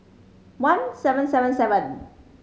one seven seven seven